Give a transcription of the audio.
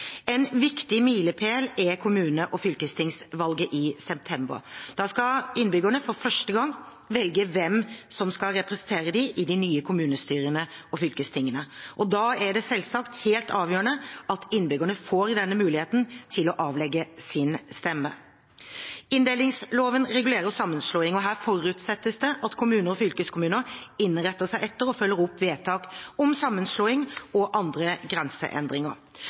En viktig milepæl er kommune- og fylkestingsvalget i september. Da skal innbyggerne for første gang velge hvem som skal representere dem i de nye kommunestyrene og fylkestingene. Da er det selvsagt helt avgjørende at innbyggerne får denne muligheten til å avlegge sin stemme. Inndelingsloven regulerer sammenslåing, og her forutsettes det at kommuner og fylkeskommuner innretter seg etter, og følger opp, vedtak om sammenslåing og andre grenseendringer.